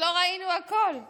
חכי להבהרות בעסקות טיעון.